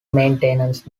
maintenance